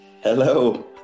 Hello